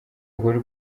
ukuri